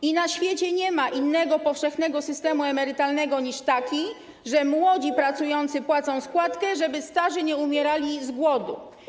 I na świecie nie ma innego powszechnego systemu emerytalnego niż taki, że młodzi pracujący płacą składkę, żeby starzy nie umierali z głodu.